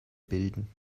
bilden